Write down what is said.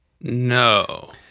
No